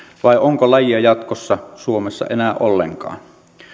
vai onko lajia jatkossa suomessa enää ollenkaan